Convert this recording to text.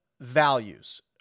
values